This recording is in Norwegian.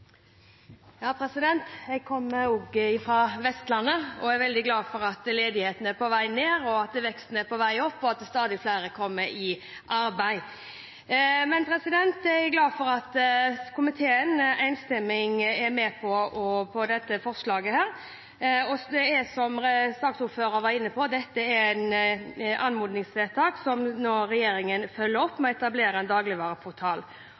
veldig glad for at ledigheten er på vei ned, at veksten er på vei opp, og at stadig flere kommer i arbeid. Jeg er glad for at komiteen enstemmig er med på dette forslaget. Dette er, som saksordføreren var inne på, et anmodningsvedtak som regjeringen nå følger opp ved å etablere en dagligvareportal.